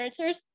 influencers